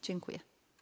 Dziękuję.